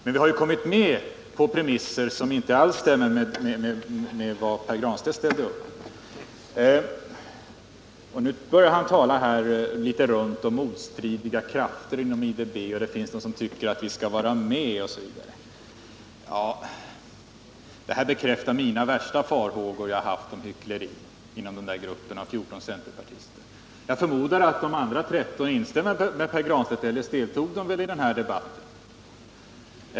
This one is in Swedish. Men vi har gått med i banken på premisser som inte alls överensstämmer med de krav som Pär Granstedt ställde. Nu talar han litet runt om motstridiga krafter inom IDB, om stater som tycker att vi skall vara med osv. Detta bekräftar mina värsta farhågor om hyckleri inom den här gruppen av 14 centerpartister. Jag förmodar nämligen att de övriga 13 instämmer med Pär Granstedt. Eljest deltog de väl i den här debatten.